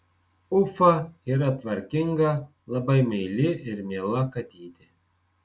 ufa yra tvarkinga labai meili ir miela katytė